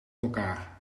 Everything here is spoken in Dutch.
elkaar